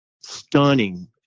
stunning